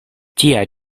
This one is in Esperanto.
tia